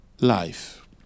life